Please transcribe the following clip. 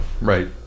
Right